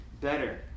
better